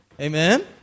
Amen